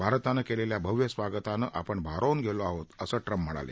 भारतानं केलेल्या भव्य स्वागतानं आपण भारावून गेलो आहोत असं ट्रम्प यावेळी म्हणाले